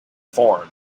formed